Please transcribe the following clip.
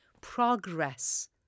progress